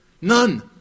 None